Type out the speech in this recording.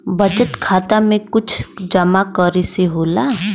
बचत खाता मे कुछ जमा करे से होला?